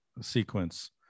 sequence